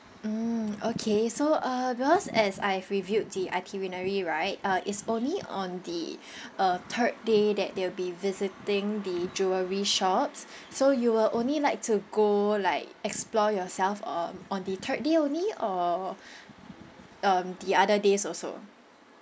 mm okay so uh because as I've reviewed the itinerary right uh it's only on the uh third day that they'll be visiting the jewellery shops so you will only like to go like explore yourself um on the third day only or um the other days also